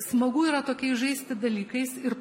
smagu yra tokiais žaisti dalykais ir